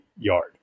yard